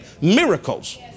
miracles